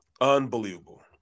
Unbelievable